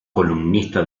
columnista